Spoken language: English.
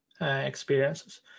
experiences